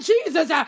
Jesus